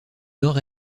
nord